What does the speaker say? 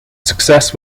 success